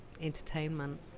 entertainment